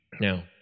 Now